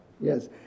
Yes